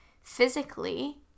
physically